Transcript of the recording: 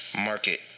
Market